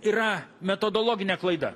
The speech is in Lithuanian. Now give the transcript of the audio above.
yra metodologinė klaida